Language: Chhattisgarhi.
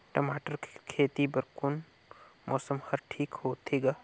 टमाटर कर खेती बर कोन मौसम हर ठीक होथे ग?